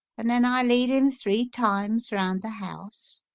and then i lead him three times round the house,